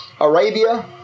Arabia